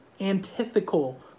antithetical